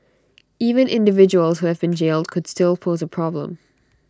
even individuals who have been jailed could still pose A problem